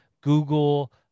Google